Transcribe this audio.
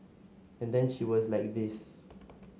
and then she was like this